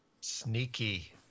sneaky